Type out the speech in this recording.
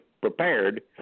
prepared